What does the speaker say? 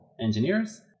engineers